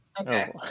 Okay